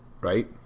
right